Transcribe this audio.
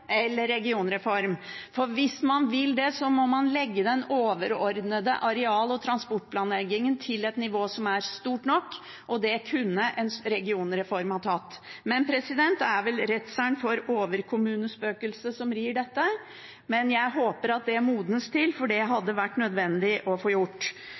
eller regionreform, for hvis man vil løse det, må man legge den overordnede areal- og transportplanleggingen til et nivå som er stort nok, og det kunne en regionreform ha tatt. Det er vel redselen for overkommunespøkelset som rir dette, men jeg håper at det modnes til, for det hadde vært nødvendig å få gjort.